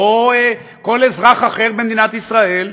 או כל אזרח אחר במדינת ישראל,